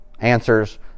answers